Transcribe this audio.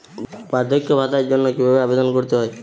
বার্ধক্য ভাতার জন্য কিভাবে আবেদন করতে হয়?